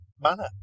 manner